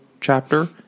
chapter